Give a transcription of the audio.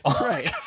Right